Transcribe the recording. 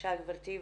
בבקשה גברתי.